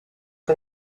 que